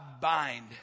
bind